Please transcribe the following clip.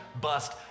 bust